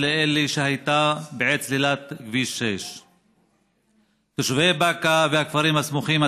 לזו שהייתה בעת סלילת כביש 6. יישובי באקה והכפרים הסמוכים,